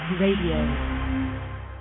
Radio